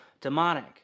demonic